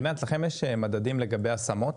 רינת, לכם יש מדדים לגבי השמות?